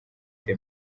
the